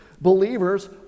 believers